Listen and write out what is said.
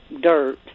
dirt